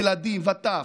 ילדים וטף,